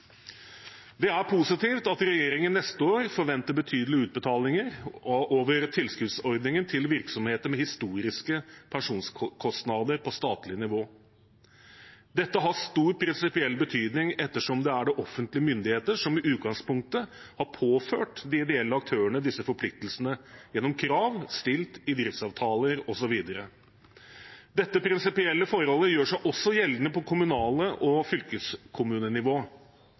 Det er positivt at regjeringen neste år forventer betydelige utbetalinger over tilskuddsordningen til virksomheter med historiske pensjonskostnader på statlig nivå. Dette har stor prinsipiell betydning ettersom det er offentlige myndigheter som i utgangspunktet har påført de ideelle aktørene disse forpliktelsene gjennom krav stilt i driftsavtaler osv. Dette prinsipielle forholdet gjør seg også gjeldende på kommunalt og